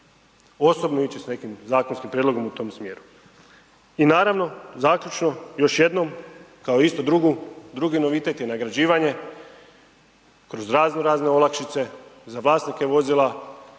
osobno ići sa nekim zakonskim prijedlogom u tom smjeru. I naravno, zaključno još jednom kao isto drugu, drugi novitet je nagrađivanje kroz razno razne olakšice, za vlasnike vozila